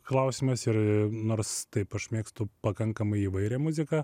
klausimas ir nors taip aš mėgstu pakankamai įvairią muziką